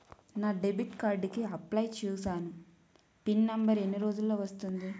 నా debit card కి apply చూసాను పిన్ నంబర్ ఎన్ని రోజుల్లో వస్తుంది?